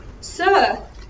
Sir